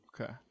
Okay